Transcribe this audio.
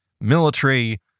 military